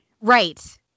Right